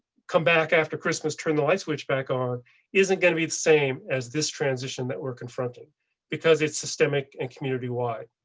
come back after christmas turn the light switch back on isn't going to be the same as this transition that were confronting because it's systemic and community wide.